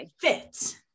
fits